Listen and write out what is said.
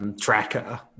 tracker